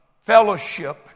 fellowship